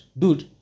dude